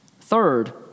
Third